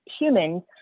humans